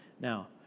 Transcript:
Now